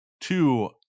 two